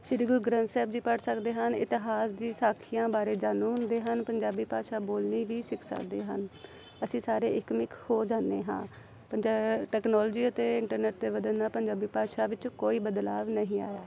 ਸ੍ਰੀ ਗੁਰੂ ਗ੍ਰੰਥ ਸਾਹਿਬ ਜੀ ਪੜ੍ਹ ਸਕਦੇ ਹਨ ਇਤਿਹਾਸ ਦੀ ਸਾਖੀਆਂ ਬਾਰੇ ਜਾਣੂ ਹੁੰਦੇ ਹਨ ਪੰਜਾਬੀ ਭਾਸ਼ਾ ਬੋਲਣੀ ਵੀ ਸਿੱਖ ਸਕਦੇ ਹਨ ਅਸੀਂ ਸਾਰੇ ਇੱਕਮਿੱਕ ਹੋ ਜਾਂਦੇ ਹਾਂ ਪੰਜਾ ਟੈਕਨੋਲਜੀ ਅਤੇ ਇੰਟਰਨੈੱਟ ਦੇ ਵੱਧਣ ਨਾਲ ਪੰਜਾਬੀ ਭਾਸ਼ਾ ਵਿੱਚ ਕੋਈ ਬਦਲਾਅ ਨਹੀਂ ਆਇਆ